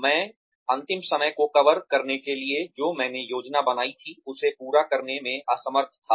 मैं अंतिम समय को कवर करने के लिए जो मैंने योजना बनाई थी उसे पूरा करने मे असमर्थ था